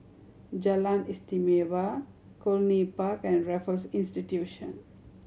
Jalan Istimewa Cluny Park and Raffles Institution